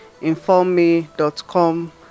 informme.com